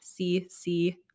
cc